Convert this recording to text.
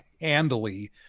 handily